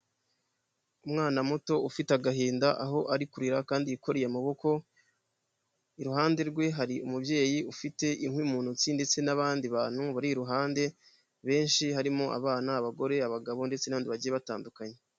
Umwana muto ufite agahinda aho ari kurira kandi yikoreye amaboko, iruhande rwe hari umubyeyi ufite inkwi mu ntoki ndetse n'abandi bantu bari iruhande benshi harimo abana, abagore, abagabo ndetse n'abandi bagiye batandukanye.